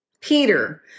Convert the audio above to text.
Peter